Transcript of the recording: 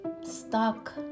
stuck